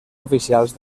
oficials